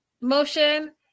motion